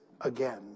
again